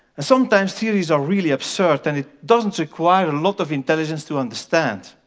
and sometimes theories are really absurd and it doesn't require a lot of intelligence to understand.